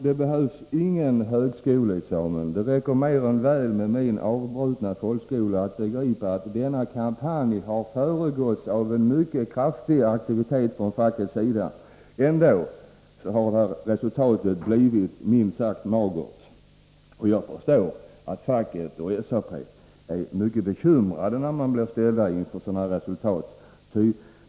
Det behövs ingen högskoleexamen — det räcker mer än väl med min ”avbrutna folkskola” — för att begripa att denna utveckling har föregåtts av en mycket kraftig aktivitet från fackets sida. Ändå har resultatet blivit minst sagt magert. Och jag förstår att facket och SAP är mycket bekymrade när man ställs inför sådana resultat.